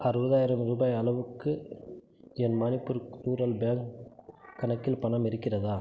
அறுபதாயிரம் ரூபாய் அளவுக்கு என் மணிப்பூர் ரூரல் பேங்க் கணக்கில் பணம் இருக்கிறதா